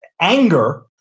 anger